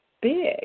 big